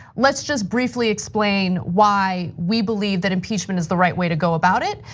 let's just briefly explain why we believe that impeachment is the right way to go about it.